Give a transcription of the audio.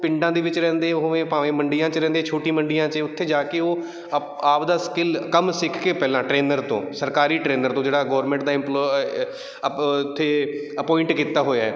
ਪਿੰਡਾਂ ਦੇ ਵਿੱਚ ਰਹਿੰਦੇ ਹੋਵੇ ਭਾਵੇਂ ਮੰਡੀਆਂ 'ਚ ਰਹਿੰਦੇ ਛੋਟੀ ਮੰਡੀਆਂ 'ਚ ਉੱਥੇ ਜਾ ਕੇ ਉਹ ਅਪ ਆਪਦਾ ਸਕਿਲ ਕੰਮ ਸਿੱਖ ਕੇ ਪਹਿਲਾਂ ਟ੍ਰੇਨਰ ਤੋਂ ਸਰਕਾਰੀ ਟ੍ਰੇਨਰ ਤੋਂ ਜਿਹੜਾ ਗੌਰਮੈਂਟ ਦਾ ਇੰਪਲੋ ਅਪ ਇੱਥੇ ਅਪੋਇੰਟ ਕੀਤਾ ਹੋਇਆ